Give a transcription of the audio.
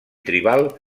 tribal